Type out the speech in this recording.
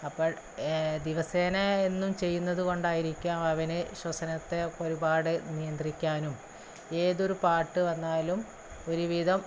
അപ്പോള് ദിവസേന എന്നും ചെയ്യുന്നതു കൊണ്ടായിരിക്കാം അവൻ ശ്വസനത്തെ ഒരുപാട് നിയന്ത്രിക്കാനും ഏതൊരു പാട്ട് വന്നാലും ഒരു വിധം